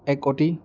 একোটি